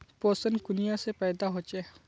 पोषण कुनियाँ से पैदा होचे?